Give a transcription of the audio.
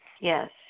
yes